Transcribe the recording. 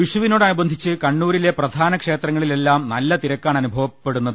വിഷുവിനോടനുബന്ധിച്ച് കണ്ണൂരിലെ പ്രധാനക്ഷേത്രങ്ങളി ലെല്ലാം നല്ല തിരക്കാണ് അനുഭവപ്പെടുന്നത്